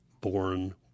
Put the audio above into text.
born